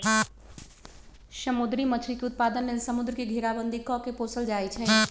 समुद्री मछरी के उत्पादन लेल समुंद्र के घेराबंदी कऽ के पोशल जाइ छइ